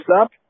up